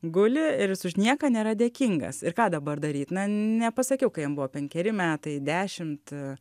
guli ir jis už nieką nėra dėkingas ir ką dabar daryt na nepasakiau kai jam buvo penkeri metai dešimt